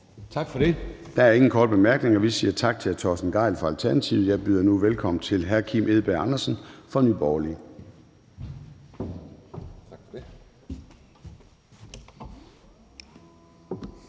Tak for det. Der er ingen korte bemærkninger. Vi siger tak til hr. Torsten Gejl fra Alternativet. Jeg byder nu velkommen til hr. Kim Edberg Andersen fra Nye Borgerlige.